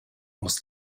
aus